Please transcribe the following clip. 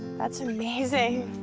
that's amazing.